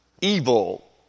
Evil